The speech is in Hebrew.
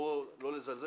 ובוא לא נזלזל,